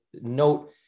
note